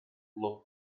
low